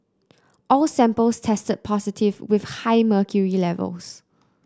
all samples tested positive with high mercury levels